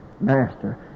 master